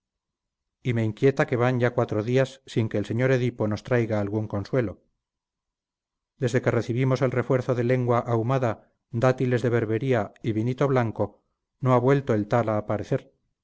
y me inquieta que van ya cuatro días sin que el sr edipo nos traiga algún consuelo desde que recibimos el refuerzo de lengua ahumada dátiles de berbería y vinito blanco no ha vuelto el tal a parecer